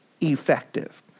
effective